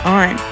on